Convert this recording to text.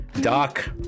Doc